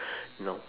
you know